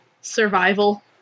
survival